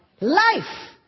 Life